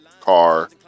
car